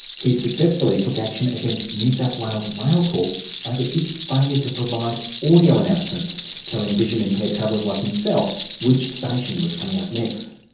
he successfully took action against new south wales rail corp over its failure to provide audio announcements telling vision impaired travellers like himself which station was coming up next.